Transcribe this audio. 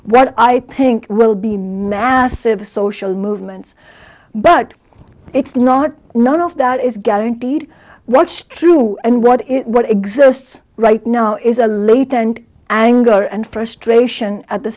what i think will be massive social movements but it's not none of that is guaranteed what's true and what is what exists right now is a latent anger and frustration at the